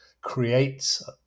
creates